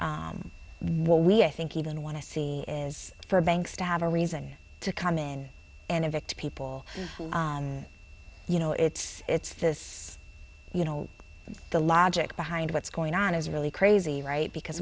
what we i think even want to see is for banks to have a reason to come in and evict people you know it's it's this you know the logic behind what's going on is really crazy right because